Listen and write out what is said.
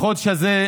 בחודש הזה,